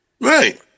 Right